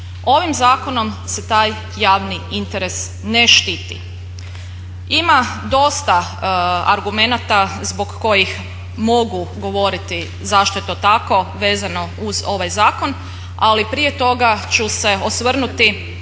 Ovim zakonom se taj javni interes ne štiti. Ima dosta argumenata zbog kojih mogu govoriti zašto je to tako vezano uz ovaj zakon, ali prije toga ću se osvrnuti